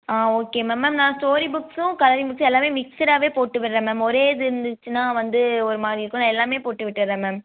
ஆ okay ma'am ma'am நான் story புக்ஸ்ஸும் colouring புக்ஸ்ஸும் எல்லாமே மிக்ஸ்டாகவே போட்டுவிட்றேன் மேம் ஒரே இது இருந்துச்சுன்னா வந்து ஒருமாதிரி இருக்கும் நான் எல்லாமே போட்டுவிட்டுட்றேன் மேம்